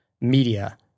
media